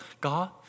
God